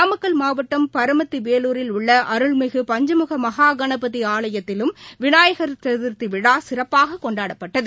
நாமக்கல் மாவட்டம் பரமத்திவேலூரில் உள்ளஅருள்மிகு பஞ்சமுகமகாகணபதிஆலயத்திலும் விநாயகர் சதர்த்திவிழாசிறப்பாககொண்டாடப்பட்டது